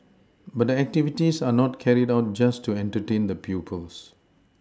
but the activities are not carried out just to entertain the pupils